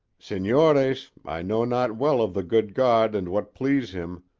senores, i know not well of the good god and what please him.